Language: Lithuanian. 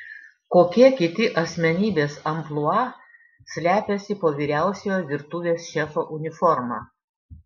kokie kiti asmenybės amplua slepiasi po vyriausiojo virtuvės šefo uniforma